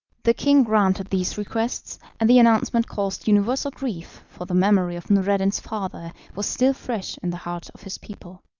the king granted these requests and the announcement caused universal grief, for the memory of noureddin's father was still fresh in the hearts of his people.